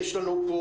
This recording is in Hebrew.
יש לנו פה